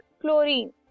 chlorine